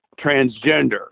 transgender